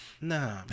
Nah